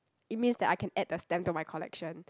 it means that I can add the stamp to my collection